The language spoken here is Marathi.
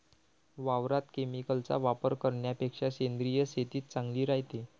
वावरात केमिकलचा वापर करन्यापेक्षा सेंद्रिय शेतीच चांगली रायते